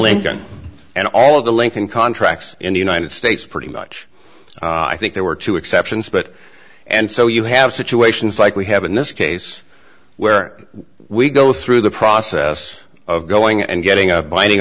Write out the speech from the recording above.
lincoln and all of the lincoln contracts in the united states pretty much i think there were two exceptions but and so you have situations like we have in this case where we go through the process of going and getting a binding